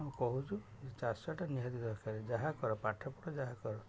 କହୁଛୁ ଚାଷଟା ନିହାତି ଦରକାର ଯାହା କର ପାଠ ପଢ଼ ଯାହା କର